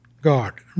God